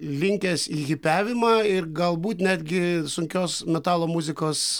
linkęs į hipiavimą ir galbūt netgi sunkios metalo muzikos